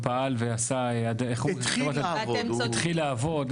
פעל ועשה, התחיל לעבוד.